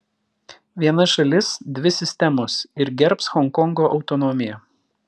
viena šalis dvi sistemos ir gerbs honkongo autonomiją